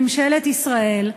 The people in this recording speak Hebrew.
ממשלת ישראל,